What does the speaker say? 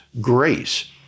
grace